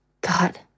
God